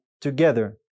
together